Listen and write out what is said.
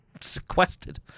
sequestered